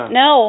no